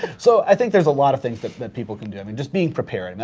so i think there's a lot of things that that people can do, i mean just being prepared,